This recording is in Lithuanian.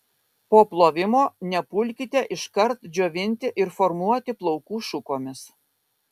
po plovimo nepulkite iškart džiovinti ir formuoti plaukų šukomis